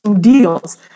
deals